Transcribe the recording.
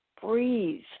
breathe